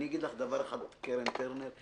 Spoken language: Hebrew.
ואגיד לך דבר אחד - קרן טרנר,